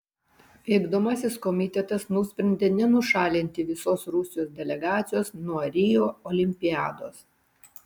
vykdomasis komitetas nusprendė nenušalinti visos rusijos delegacijos nuo rio olimpiados